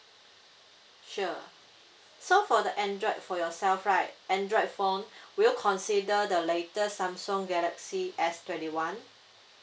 sure so for the android for yourself right android phone will you consider the latest Samsung galaxy S twenty one